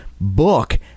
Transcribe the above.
book